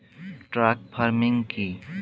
Truck farming কি?